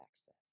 access